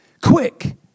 quick